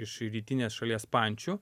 iš rytinės šalies pančių